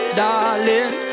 darling